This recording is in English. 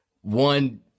One